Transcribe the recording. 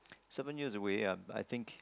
seven years away um I think